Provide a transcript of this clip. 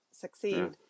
succeed